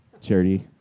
Charity